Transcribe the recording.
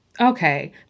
okay